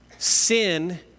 Sin